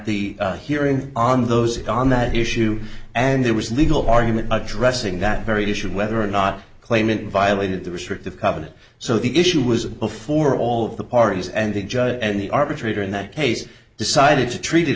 the hearing on those on that issue and there was legal argument addressing that very issue of whether or not claimant violated the restrictive covenant so the issue was before all of the parties and the judge and the arbitrator in that case decided to treat it